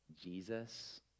Jesus